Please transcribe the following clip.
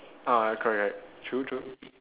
ah correct correct true true